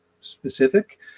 specific